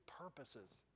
purposes